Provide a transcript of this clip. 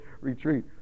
retreat